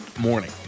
Morning